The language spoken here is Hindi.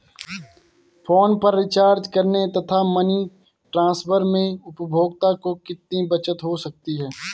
फोन पर रिचार्ज करने तथा मनी ट्रांसफर में उपभोक्ता को कितनी बचत हो सकती है?